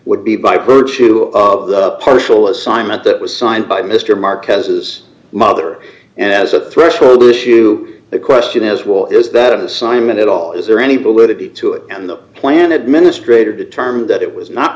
would be by virtue of the partial assignment that was signed by mr marchesa's mother and as a threshold issue the question is will is that an assignment at all is there any bullet be to it and the plan administrator determined that it was not